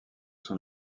son